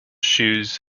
shoes